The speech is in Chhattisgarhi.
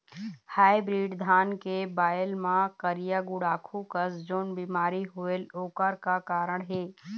हाइब्रिड धान के बायेल मां करिया गुड़ाखू कस जोन बीमारी होएल ओकर का कारण हे?